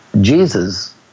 Jesus